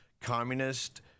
communist